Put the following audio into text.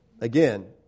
Again